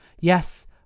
Yes